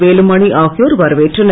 வேலுமணி ஆகியோர் வரவேற்றனர்